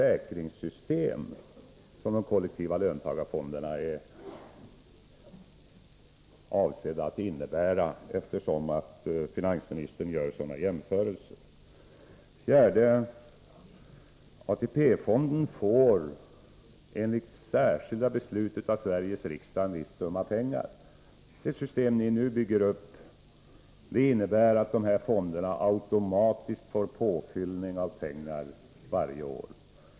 Är de kollektiva löntagarfonderna avsedda att utgöra något slags försäkringssystem? Finansministern gör ju sådana jämförelser. Fjärde AP-fonden får enligt särskilda beslut av Sveriges riksdag en viss summa pengar. Det system ni nu bygger upp innebär att era löntagarfonder automatiskt fylls på med pengar varje år.